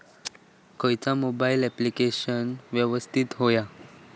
खयचा mobile application यवस्तित होया?